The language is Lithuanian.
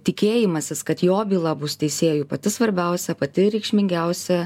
tikėjimasis kad jo byla bus teisėjų pati svarbiausia pati reikšmingiausia